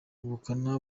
ubukana